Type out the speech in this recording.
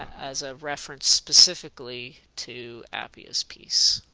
as a reference specifically to appiah's piece.